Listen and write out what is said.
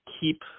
keep